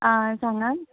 आं सांगात